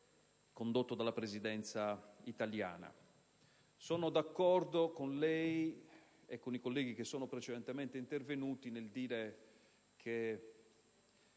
condotto dalla Presidenza italiana. Sono d'accordo con lei e con i colleghi che sono precedentemente intervenuti nel dire che